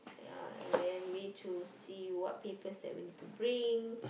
ya and then we need to see what papers that we need to bring